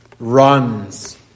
runs